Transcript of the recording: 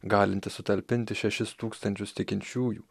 galinti sutalpinti šešis tūkstančius tikinčiųjų